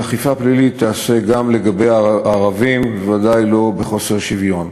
אכיפה פלילית תיעשה גם לגבי הערבים ובוודאי לא בחוסר שוויון.